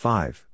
Five